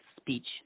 speech